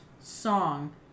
song